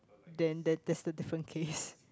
then that that's a different case